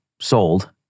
sold